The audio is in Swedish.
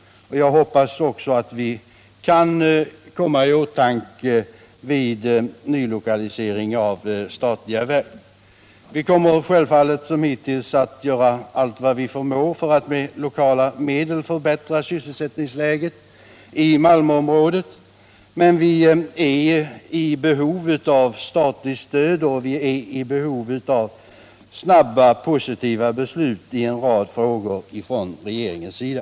Jag hoppas också att vi kan komma i åtanke vid nylokalisering av statliga verk. Vi kommer självfallet, som hittills, att göra allt vad vi förmår för att med lokala medel förbättra sysselsättningsläget i Malmöområdet, men vi är även i behov av statligt stöd och av snabba positiva beslut i en rad frågor från regeringens sida.